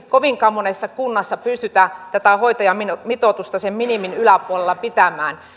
kovinkaan monessa kunnassa ei pystytä tätä hoitajamitoitusta sen minimin yläpuolella pitämään